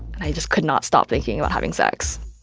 i just could not stop thinking about having sex.